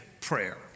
prayer